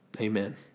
Amen